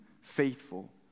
faithful